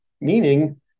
meaning